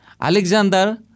Alexander